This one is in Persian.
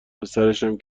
پسرشم